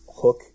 hook